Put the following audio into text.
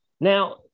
Now